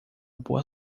boa